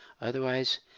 Otherwise